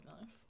nice